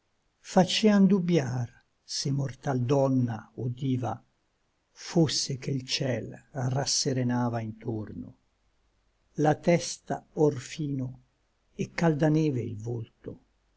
facean dubbiar se mortal donna o diva fosse che l ciel rasserenava intorno la testa òr fino et calda neve il volto